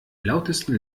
lautesten